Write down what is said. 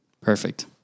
Perfect